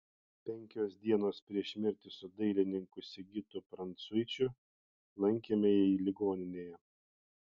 penkios dienos prieš mirtį su dailininku sigitu prancuičiu lankėme jį ligoninėje